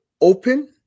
open